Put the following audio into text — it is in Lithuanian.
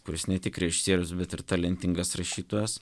kuris ne tik režisierius bet ir talentingas rašytojas